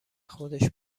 خودش